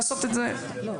לעשות את זה ממוקד,